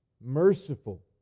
merciful